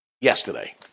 Yesterday